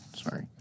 Sorry